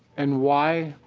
and why.